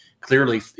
clearly